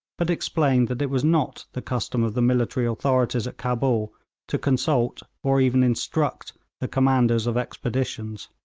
but explained that it was not the custom of the military authorities at cabul to consult or even instruct the commanders of expeditions.